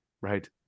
Right